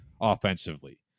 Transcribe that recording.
offensively